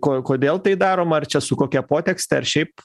ko kodėl tai daroma ar čia su kokia potekste ar šiaip